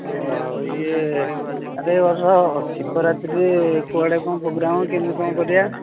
ଇଏ ଆରେ ଏ ବର୍ଷ ଶିବରାତ୍ରିରେ କୁଆଡ଼େ କ'ଣ ପ୍ରୋଗ୍ରାମ୍ କେମିତି କ'ଣ କରିବା